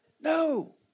No